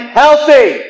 healthy